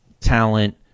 talent